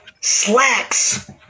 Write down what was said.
slacks